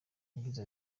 yagize